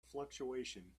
fluctuation